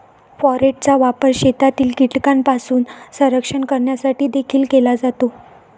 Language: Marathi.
फोरेटचा वापर शेतातील कीटकांपासून संरक्षण करण्यासाठी देखील केला जातो